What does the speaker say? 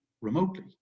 remotely